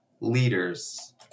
Leaders